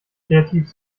kreativ